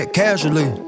casually